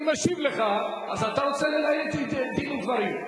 אני משיב לך, אז אתה רוצה לנהל אתי דין ודברים.